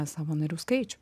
savo narių skaičių